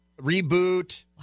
Reboot